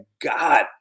God